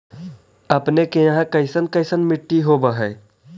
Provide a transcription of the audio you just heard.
अपने के यहाँ कैसन कैसन मिट्टी होब है?